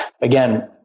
again